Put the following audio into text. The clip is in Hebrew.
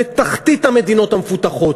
בתחתית המדינות המפותחות.